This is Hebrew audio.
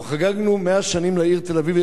אנחנו חגגנו 100 שנים לתל-אביב,